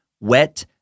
Wet